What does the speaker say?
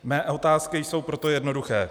Mé otázky jsou proto jednoduché.